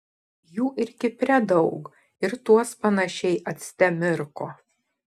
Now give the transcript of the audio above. jų ir kipre daug ir tuos panašiai acte mirko